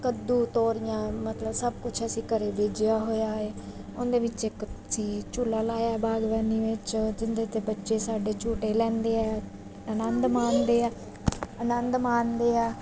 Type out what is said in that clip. ਕੱਦੂ ਤੋਰੀਆਂ ਮਤਲਬ ਸਭ ਕੁਛ ਅਸੀਂ ਘਰ ਬੀਜਿਆ ਹੋਇਆ ਏ ਉਹਦੇ ਵਿੱਚ ਇੱਕ ਅਸੀਂ ਝੂਲਾ ਲਾਇਆ ਬਾਗਬਾਨੀ ਵਿੱਚ ਜਿਹਦੇ 'ਤੇ ਬੱਚੇ ਸਾਡੇ ਝੂਟੇ ਲੈਂਦੇ ਆ ਆਨੰਦ ਮਾਣਦੇ ਆ ਅਨੰਦ ਮਾਣਦੇ ਆ